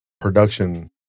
production